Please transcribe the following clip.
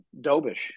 Dobish